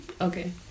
Okay